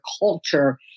culture